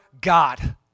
God